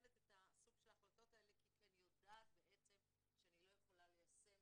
נותנת את הסוג של ההחלטות האלה כי אני יודעת בעצם שאני לא יכולה ליישם